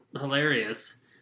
hilarious